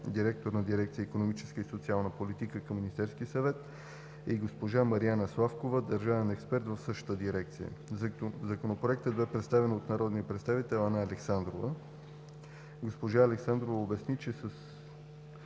директор на дирекция „Икономическа и социална политика“ към Министерския съвет, и госпожа Мариана Славкова – държавен експерт в същата дирекция. Законопроектът бе представен от народния представител Анна Александрова. Госпожа Александрова обясни, че с